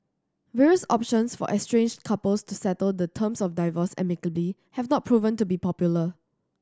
various options for estranged couples to settle the terms of divorce amicably have not proven to be popular